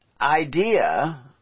idea